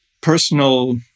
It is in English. personal